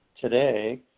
today